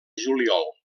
juliol